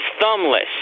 thumbless